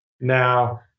now